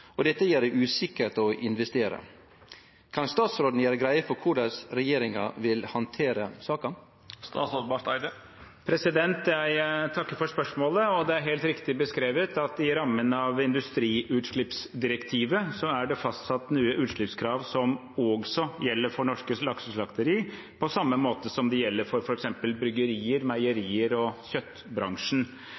og dette gjer det usikkert å investere m.m. Kan statsråden gjere greie for korleis regjeringa vil handtere saka?» Jeg takker for spørsmålet. Det er helt riktig beskrevet at i rammene av industriutslippsdirektivet er det fastsatt nye utslippskrav som også gjelder for norske lakseslakterier, på samme måte som de gjelder for f.eks. bryggerier, meierier og kjøttbransjen.